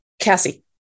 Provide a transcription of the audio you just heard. Cassie